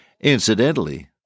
Incidentally